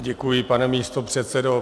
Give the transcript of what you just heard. Děkuji, pane místopředsedo.